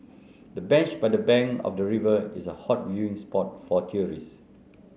the bench by the bank of the river is a hot viewing spot for tourists